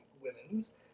women's